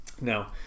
Now